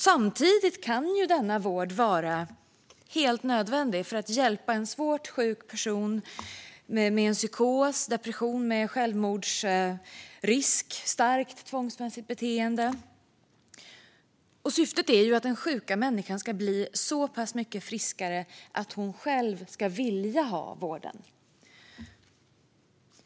Samtidigt kan denna vård vara helt nödvändig för att hjälpa en svårt sjuk person med en psykos, depression med självmordsrisk och starkt tvångsmässigt beteende. Syftet är att den sjuka människan ska bli så pass mycket friskare att hon själv ska vilja ha vården.